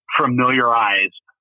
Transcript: familiarized